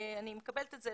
אני מקבלת את זה,